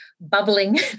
bubbling